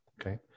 Okay